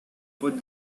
put